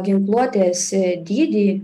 ginkluotės dydį